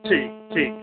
ठीक ठीक